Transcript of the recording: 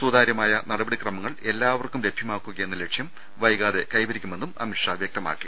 സുതാര്യമായ നടപടിക്രമങ്ങൾ എല്ലാവർക്കും ലഭ്യമാക്കുകയെന്ന ലക്ഷ്യം വൈകാതെ കൈവരിക്കുമെന്നും അമിത്ഷാ വൃക്തമാക്കി